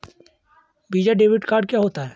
Visa debit card क्या होता है?